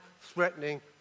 threatening